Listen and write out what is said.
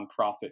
nonprofit